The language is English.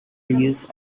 use